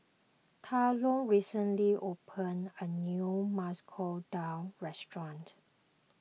Talon recently opened a new Masoor Dal restaurant